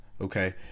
okay